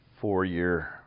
four-year